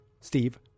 Steve